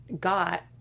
got